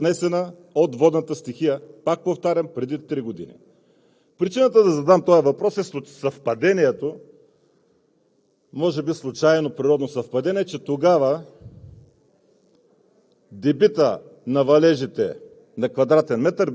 в изключително тежкия терен на Странджа оградата беше отнесена от водната стихия, пак повтарям, преди три години. Причината да задам този въпрос е съвпадението – може би случайно природно съвпадение, че тогава